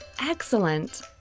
Excellent